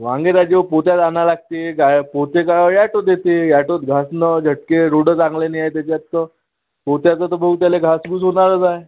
वांगे काय त्या पोत्यात आणायला लागते पोते काय अॅटोत येते अॅटोत घासणं झटके रोडं चांगले नाही आहे त्याच्यात पोत्यात तर मग त्याला घासगूस होणारच आहे